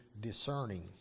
discerning